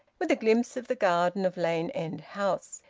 with a glimpse of the garden of lane end house.